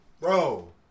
bro